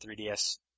3DS